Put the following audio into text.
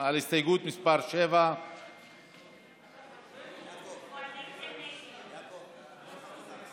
על הסתייגות מס' 7. ההסתייגות (7) של חבר הכנסת מיקי לוי אחרי